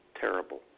Terrible